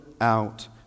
out